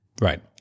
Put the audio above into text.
Right